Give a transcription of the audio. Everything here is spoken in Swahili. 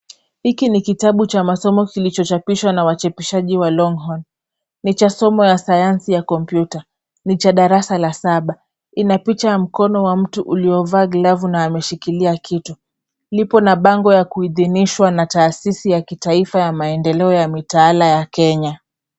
Hiki ni kitabu cha masomo kilicho chapishwa na wachapishaji wa Longhorn. Ni cha somo ya sayansi ya kompyuta. Ni cha darasa la saba. Ina picha ya mkono wa mtu uliovaa glavu na ameshikilia kitu. Lipo na na bango ya kuidhinishwa na taasisi ya kitaifa ya maendeleo ya mitaala ya Kenya.